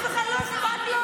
לאף אחד לא אכפת?